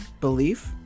belief